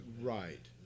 Right